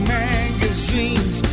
magazines